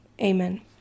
amen